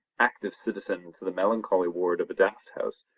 active citizen into the melancholy ward of a daft house,